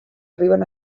arriben